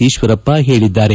ಈಶ್ವರಪ್ಪ ಹೇಳಿದ್ದಾರೆ